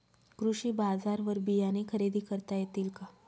कृषी बाजारवर बियाणे खरेदी करता येतील का?